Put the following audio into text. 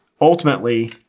ultimately